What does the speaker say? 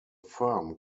firm